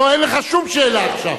לא, אין לך שום שאלה עכשיו.